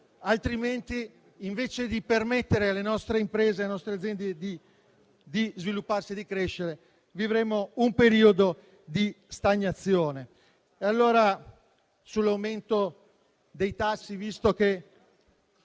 altrimenti invece di permettere alle nostre imprese e alle nostre aziende di svilupparsi e di crescere vivremo un periodo di stagnazione. Visto che